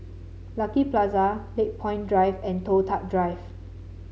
Lucky Plaza Lakepoint Drive and Toh Tuck Drive